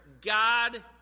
God